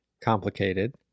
complicated